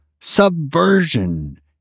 subversion